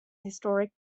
historic